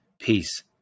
peace